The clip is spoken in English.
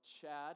Chad